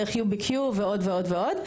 דרךUBQ ועוד ועוד.